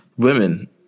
women